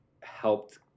helped